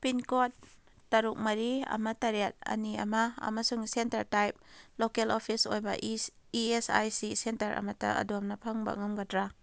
pincode ꯇꯔꯨꯛ ꯃꯔꯤ ꯑꯃ ꯇꯔꯦꯠ ꯑꯅꯤ ꯑꯃ ꯑꯃꯁꯨꯡ ꯁꯦꯟꯇꯔ ꯇꯥꯏꯞ ꯂꯣꯀꯦꯜ ꯑꯣꯐꯤꯁ ꯑꯣꯏꯕ E S I C centre ꯑꯃꯇ ꯑꯗꯣꯝꯅ ꯐꯪꯕ ꯉꯝꯒꯗ꯭ꯔꯥ